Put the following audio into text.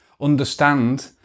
Understand